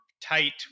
tight